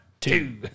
two